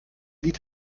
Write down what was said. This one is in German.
lied